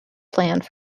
planned